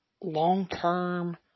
long-term